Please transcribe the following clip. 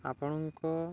ଆପଣଙ୍କ